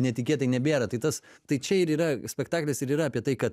netikėtai nebėra tai tas tai čia ir yra spektaklis ir yra apie tai kad